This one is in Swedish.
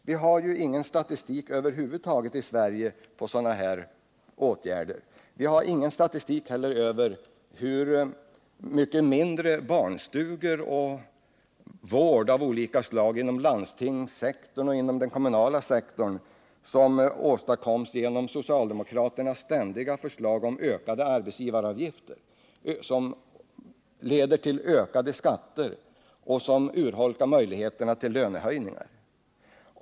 Vi har i Sverige över huvud taget ingen statistik över sådana åtgärder, inte heller över hur många färre barnstugor och hur mycket mindre vård av olika slag inom landstingssektorn och den kommunala sektorn som åstadkoms genom socialdemokraternas ständiga förslag om ökade arbetsgivaravgifter. Det leder till ökade skatter och urholkar möjligheterna till löneförbättringar.